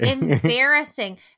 embarrassing